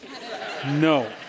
No